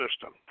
system